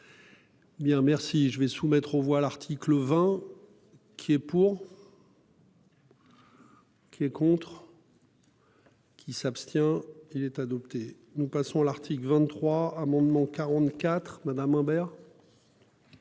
Bien merci je vais soumettre aux voix l'article 20. Qui est pour. Qui est contre. Qui s'abstient. Il est adopté. Nous passons l'article 23 amendements 44 Madame Imbert.--